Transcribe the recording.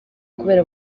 kubera